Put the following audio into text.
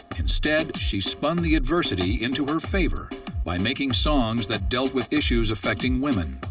instead, she spun the adversity into her favor by making songs that dealt with issues affecting women.